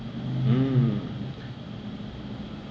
mm